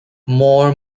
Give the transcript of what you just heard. more